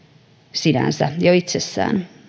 sinänsä jo itsessään